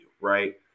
right